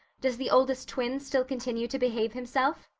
does the oldest twin still continue to behave himself?